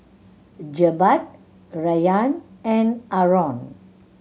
Jebat Rayyan and Aaron